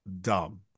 dumb